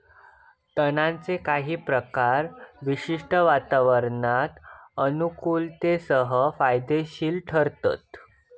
तणांचे काही प्रकार विशिष्ट वातावरणात अनुकुलतेसह फायदेशिर ठरतत